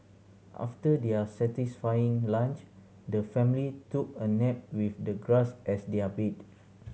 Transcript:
after their satisfying lunch the family took a nap with the grass as their bed